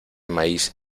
maíz